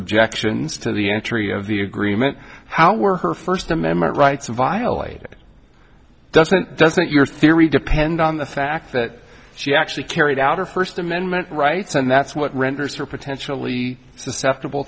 objections to the entry of the agreement how were her first amendment rights violated doesn't doesn't your theory depend on the fact that she actually carried out her first amendment rights and that's what renders her potentially susceptible